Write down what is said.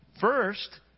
First